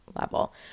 level